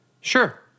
Sure